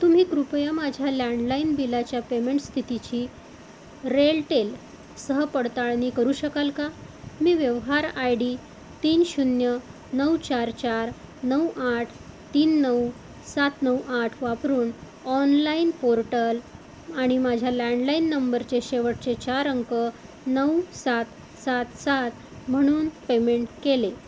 तुम्ही कृपया माझ्या लँडलाईन बिलाच्या पेमेंट स्थितीची रेलटेल सह पडताळणी करू शकाल का मी व्यवहार आय डी तीन शून्य नऊ चार चार नऊ आठ तीन नऊ सात नऊ आठ वापरून ऑनलाईन पोर्टल आणि माझ्या लँडलाईन नंबरचे शेवटचे चार अंक नऊ सात सात सात म्हणून पेमेंट केले